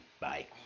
Bye